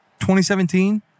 2017